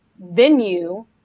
venue